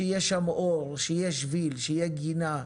שיהיה שם אור, שיהיה שביל, שתהיה גינה,